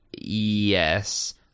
Yes